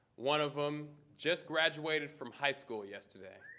one of them just graduated from high school yesterday.